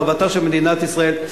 טובתה של מדינת ישראל.